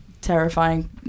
terrifying